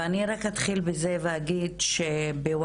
ואני רק אתחיל בזה ואגיד שב-YNET